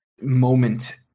moment